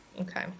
Okay